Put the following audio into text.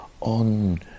on